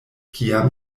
kiam